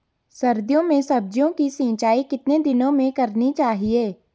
सर्दियों में सब्जियों की सिंचाई कितने दिनों में करनी चाहिए?